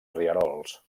rierols